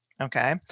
Okay